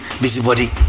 busybody